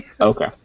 Okay